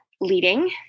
leading